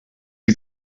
you